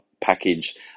package